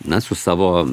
na su savo